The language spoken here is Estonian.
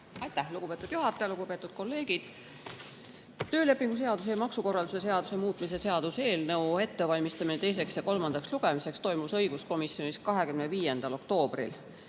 Aitäh, lugupeetud juhataja! Lugupeetud kolleegid! Töölepingu seaduse ja maksukorralduse seaduse muutmise seaduse eelnõu ettevalmistamine teiseks ja kolmandaks lugemiseks toimus õiguskomisjonis 25. oktoobril.